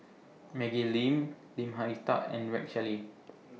Maggie Lim Lim Hak Tai and Rex Shelley